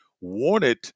wanted